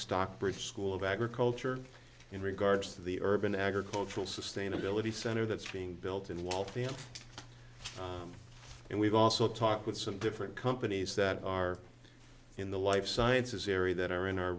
stockbridge school of agriculture in regards to the urban agricultural sustainability center that's being built in waltham and we've also talked with some different companies that are in the life sciences area that are in our